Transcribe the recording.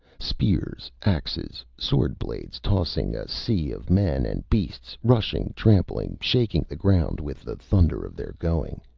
spears, axes, sword-blades tossing, a sea of men and beasts, rushing, trampling, shaking the ground with the thunder of their going.